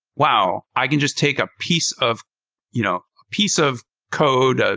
wow! i can just take a piece of you know piece of code, ah